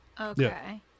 Okay